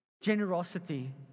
generosity